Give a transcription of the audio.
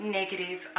negative